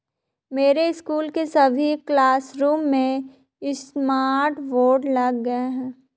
मेरे स्कूल के सभी क्लासरूम में स्मार्ट बोर्ड लग गए हैं